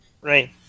Right